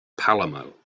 palermo